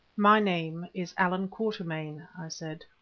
my name is allan quatermain, i said.